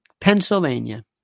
Pennsylvania